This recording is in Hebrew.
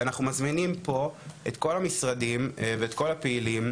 ואנחנו מזמינים פה את כל המשרדים ואת כל הפעילים,